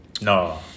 No